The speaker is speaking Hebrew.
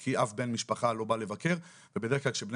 כי אף בן משפחה לא בא לבקר ובדרך כלל כשבני